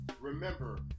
remember